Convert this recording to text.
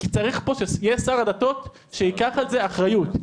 כי צריך פה שיהיה שר דתות שייקח על זה אחריות.